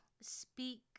speak